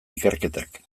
ikerketak